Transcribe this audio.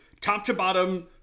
top-to-bottom